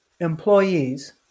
employees